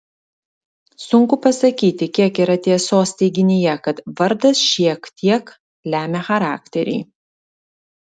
sunku pasakyti kiek yra tiesos teiginyje kad vardas šiek tiek lemia charakterį